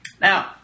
Now